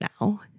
now